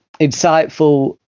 insightful